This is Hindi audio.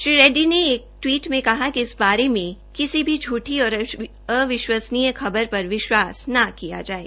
श्री रेडडी ने एक टवीट में कहा कि इस बारे मे किसी भी झूठी और अविश्वसनीय खबर पर विश्वास न किया जाये